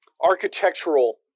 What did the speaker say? architectural